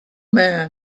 man